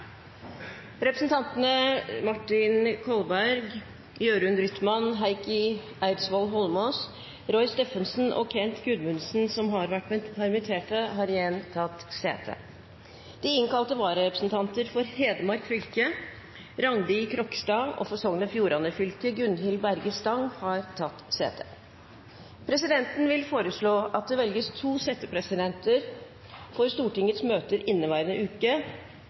Representantene Martin Kolberg, Jørund Rytman, Heikki Eidsvoll Holmås, Roy Steffensen og Kent Gudmundsen, som har vært permittert, har igjen tatt sete. De innkalte vararepresentanter for Hedmark fylke, Randi Krokstad, og for Sogn og Fjordane fylke, Gunhild Berge Stang, har tatt sete. Presidenten foreslår at det velges to settepresidenter for Stortingets møter i inneværende uke.